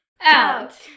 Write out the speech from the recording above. Out